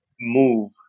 move